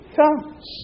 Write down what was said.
comes